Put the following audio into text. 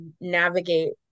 navigate